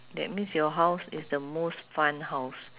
that means your house is the most fun house